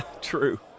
True